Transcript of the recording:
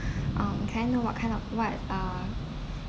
um can I know what kind of what uh